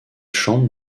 chante